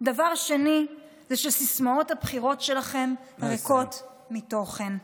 ודבר שני, שסיסמאות הבחירות שלכם ריקות מתוכן.